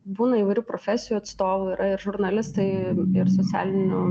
būna įvairių profesijų atstovų yra ir žurnalistai ir socialinių